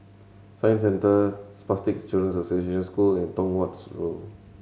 Science Centre Spastic Children's Association School and Tong Watt Road